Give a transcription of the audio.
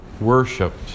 worshipped